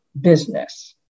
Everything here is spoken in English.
business